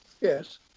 Yes